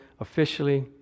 officially